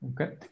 Okay